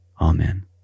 Amen